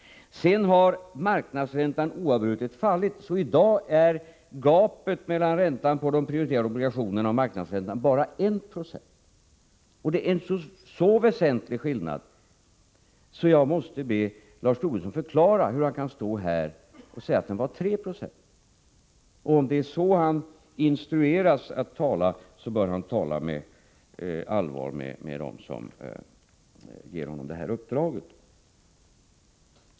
Sedan har marknadsräntan oavbrutet fallit, så i dag är gapet mellan räntan på de prioriterade obligationerna och marknadsräntan bara 1 26. Det är en så väsentlig skillnad att jag måste be Lars Tobisson förklara hur han kan stå här och säga att den är 3 70. Om det är så han instrueras att tala bör han tala allvar med dem som ger honom detta uppdrag.